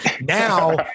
Now